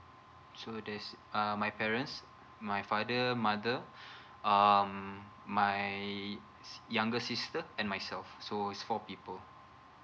so that's uh my parents my father mother um my younger sister and myself so is four people